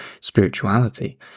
spirituality